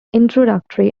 introductory